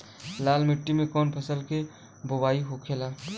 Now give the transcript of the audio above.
लाल मिट्टी में कौन फसल के बोवाई होखेला?